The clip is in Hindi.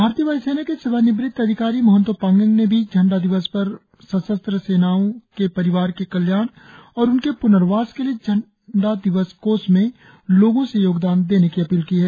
भारतीय वाय् सेना के सेवा निवृत अधिकारी मोहन्तो पांगेग ने भी झंडा दिवस पर सशस्त्र सेनाओ के परिवार के कल्याण और उनके प्नर्वास के लिए झंडा दिवस कोष में लोगो से योगदान देने की अपील की है